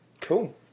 Cool